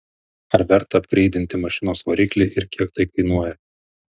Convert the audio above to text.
ar verta apgreidinti mašinos variklį ir kiek tai kainuoja